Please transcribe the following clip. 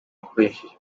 akoresheje